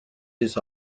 his